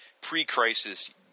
pre-crisis